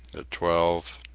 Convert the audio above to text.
at twelve,